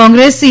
Congress C